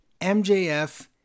MJF